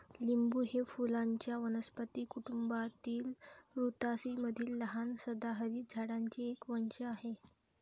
लिंबू हे फुलांच्या वनस्पती कुटुंबातील रुतासी मधील लहान सदाहरित झाडांचे एक वंश आहे